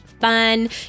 fun